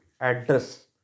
address